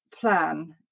plan